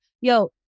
Yo